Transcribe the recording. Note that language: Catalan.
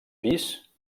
pis